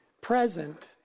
present